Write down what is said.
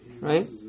Right